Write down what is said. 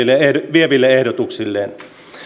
vieville ehdotuksille